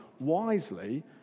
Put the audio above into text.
Wisely